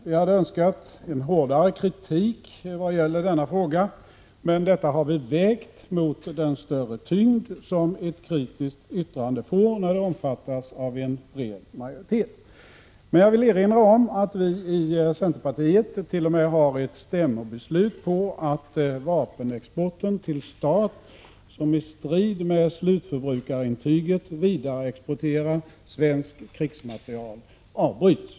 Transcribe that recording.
Vi hade ju önskat en hårdare kritik när det gäller denna fråga, men detta har vi vägt mot den större tyngd som ett kritiskt yttrande får när det omfattas av en bred majoritet. Jag vill dock erinra om att vi i centerpartiett.o.m. har ett stämmobeslut på att vapenexport till stat som, i strid med slutförbrukarintyget, vidareexporterar svensk krigsmateriel skall avbrytas.